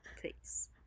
Please